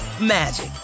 magic